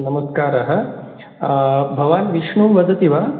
नमस्कारः भवान् विष्णुः वदति वा